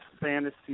fantasy